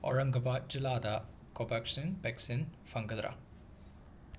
ꯑꯣꯔꯪꯒꯕꯥꯠ ꯖꯤꯂꯥꯗ Covaxin vaccine ꯐꯪꯒꯗ꯭ꯔꯥ